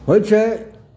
होइ छै